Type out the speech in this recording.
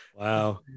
Wow